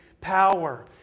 power